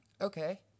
Okay